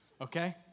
okay